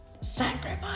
sacrifice